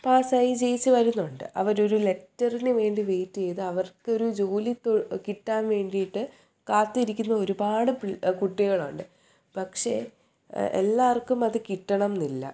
പാസ്സായി ജയിച്ചു വരുന്നുണ്ട് അവരൊരു ലെറ്ററിനുവേണ്ടി വെയ്റ്റ് ചെയ്ത് അവർക്കൊരു ജോലി കിട്ടാൻ വേണ്ടിയിട്ട് കാത്തിരിക്കുന്ന ഒരുപാട് കുട്ടികളുണ്ട് പക്ഷെ എല്ലാവർക്കും അത് കിട്ടണം എന്നില്ല